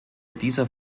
dieser